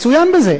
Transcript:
מצוין בזה.